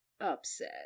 Upset